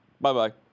Bye-bye